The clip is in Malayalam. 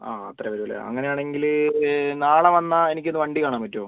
ആ അത്രയും വരുമല്ലേ അങ്ങനെയാണെങ്കിൽ നാളെ വന്നാൽ എനിക്കൊന്ന് വണ്ടി കാണാൻ പറ്റുമോ